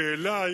כי אצלי,